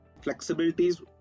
flexibilities